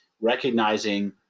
recognizing